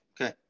Okay